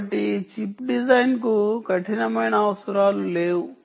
కాబట్టి ఈ chip design కు కఠినమైన అవసరాలు లేవు